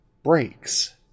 Breaks